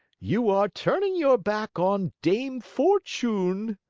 you are turning your back on dame fortune.